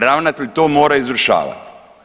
Ravnatelj to mora izvršavati.